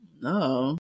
no